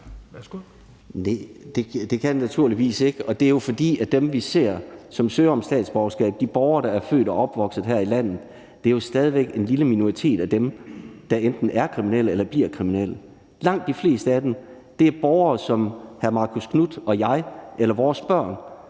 Det kan jeg naturligvis ikke. Det er jo, fordi det blandt de borgere, vi ser søger om statsborgerskab, som er født og opvokset her i landet, stadig væk er en lille minoritet, der enten er kriminelle eller bliver kriminelle. Langt de fleste af dem er borgere som hr. Marcus Knuth og jeg eller vores børn,